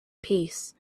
peace